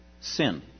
sin